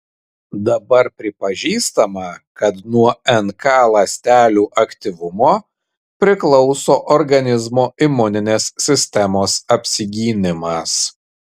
dabar pripažįstama kad nuo nk ląstelių aktyvumo priklauso organizmo imuninės sistemos apsigynimas